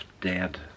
dead